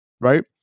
Right